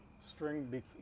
string